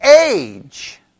age